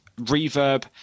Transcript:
reverb